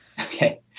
okay